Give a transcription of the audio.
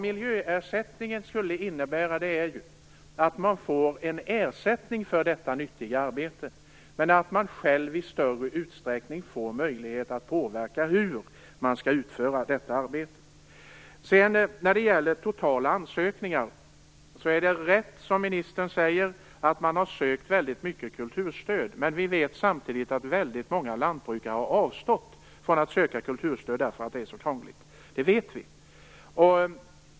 Miljöersättningen skulle innebära att man får en ersättning för detta nyttiga arbete och att man själv i större utsträckning får möjlighet att påverka hur detta arbete skall utföras. När det gäller det totala antalet ansökningar är det rätt som jordbruksministern säger. Många har sökt kulturstöd. Men samtidigt har väldigt många lantbrukare avstått från att söka kulturstöd, därför att det är så krångligt. Detta vet vi.